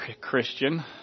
Christian